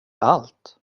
allt